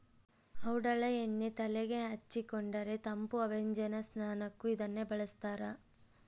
ಔಡಲ ಎಣ್ಣೆ ತೆಲೆಗೆ ಹಚ್ಚಿಕೊಂಡರೆ ತಂಪು ಅಭ್ಯಂಜನ ಸ್ನಾನಕ್ಕೂ ಇದನ್ನೇ ಬಳಸ್ತಾರ